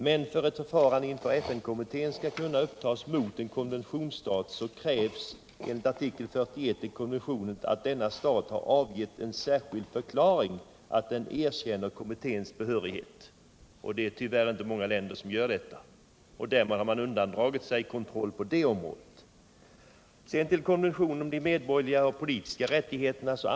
Men för att ett förfarande inför FN-kommittén skall kunna upptas mot en konventionsstat krävs enligt artikel 41 i konventionen att denna stat har avgivit en särskild förklaring om att den erkänner kommitténs behörighet. Det är tyvärr inte många stater som gör detta, och på det sättet undandrar man sig kontroll på området. Så till konventionen om de medborgerliga och politiska rättigheterna.